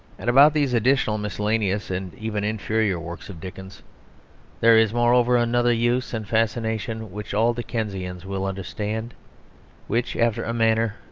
and about these additional, miscellaneous, and even inferior works of dickens there is, moreover, another use and fascination which all dickensians will understand which, after a manner,